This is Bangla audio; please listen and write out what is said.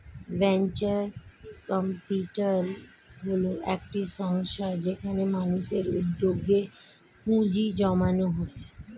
ভেঞ্চার ক্যাপিটাল হল একটি সংস্থা যেখানে মানুষের উদ্যোগে পুঁজি জমানো হয়